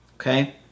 okay